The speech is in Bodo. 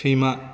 सैमा